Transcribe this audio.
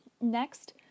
Next